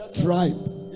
tribe